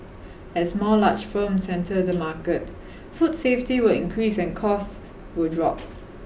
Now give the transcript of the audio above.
as more large firms enter the market food safety will increase and costs will drop